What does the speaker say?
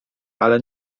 ale